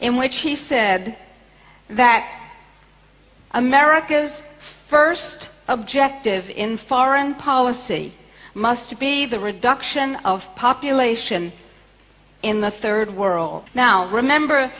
in which he said that america's first objective in foreign policy must be the reduction of population in the third world now remember